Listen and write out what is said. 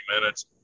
minutes